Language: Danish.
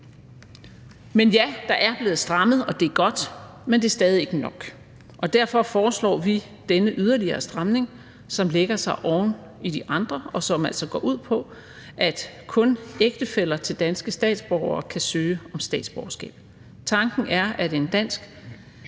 Men ja, der er blevet strammet, og det er godt, men det er stadig ikke nok. Derfor foreslår vi denne yderligere stramning, som lægger sig oven i de andre, og som altså går ud på, at kun ægtefæller til danske statsborgere kan søge om statsborgerskab. Tanken er, at en dansk